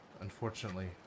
Unfortunately